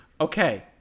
Okay